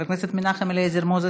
חברת הכנסת רחל עזריה,